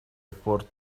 report